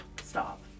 stop